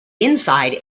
inside